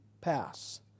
Pass